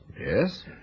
Yes